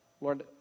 Lord